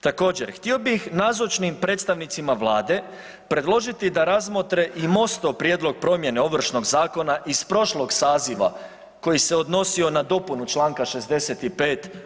Također htio bih nazočnim predstavnicima Vlade predložiti da razmotre i Mostov prijedlog promjene Ovršnog zakona iz prošlog saziva koji se odnosio na dopunu čl. 65.